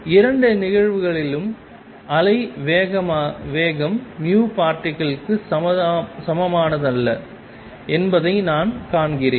இரண்டு நிகழ்வுகளிலும் அலை வேகம் vparticle க்கு சமமானதல்ல என்பதை நான் காண்கிறேன்